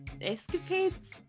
escapades